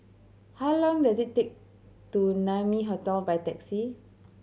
how long does it take to Naumi Hotel by taxi